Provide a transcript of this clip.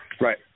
Right